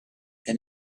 and